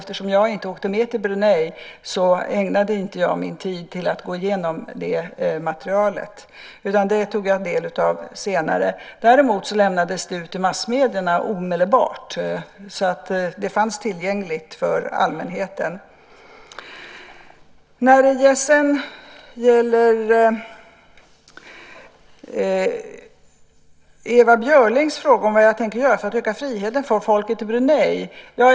Eftersom jag inte åkte med till Brunei så ägnade jag inte min tid till att gå igenom det materialet, utan jag tog del av det senare. Däremot lämnades det ut till massmedierna omedelbart. Det fanns alltså tillgängligt för allmänheten. Ewa Björling frågar vad jag tänker göra för att öka friheten för folket i Brunei.